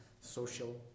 social